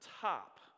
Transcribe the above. top